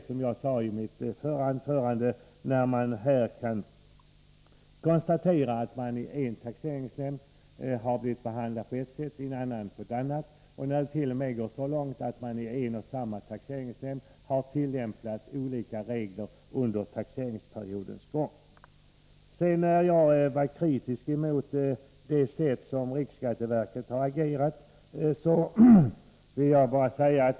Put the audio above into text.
Som jag sade i mitt förra anförande finns det fall där en taxeringsnämnd handlade på ett sätt och en annan nämnd på ett annat sätt, och det har t.o.m. gått så långt att det i en och samma taxeringsnämnd tillämpats olika regler under en taxeringsperiod. Jag var kritisk mot riksskatteverkets sätt att agera.